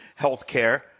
healthcare